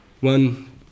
One